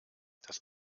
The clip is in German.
das